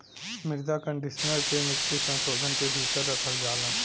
मृदा कंडीशनर के मिट्टी संशोधन के भीतर रखल जाला